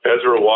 Ezra